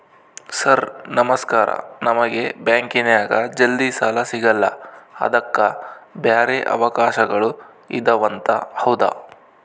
Sir ನಮಸ್ಕಾರ ನಮಗೆ ಬ್ಯಾಂಕಿನ್ಯಾಗ ಜಲ್ದಿ ಸಾಲ ಸಿಗಲ್ಲ ಅದಕ್ಕ ಬ್ಯಾರೆ ಅವಕಾಶಗಳು ಇದವಂತ ಹೌದಾ?